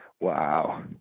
Wow